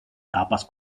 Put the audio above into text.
zápas